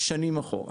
שנים אחורה.